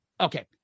okay